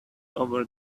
over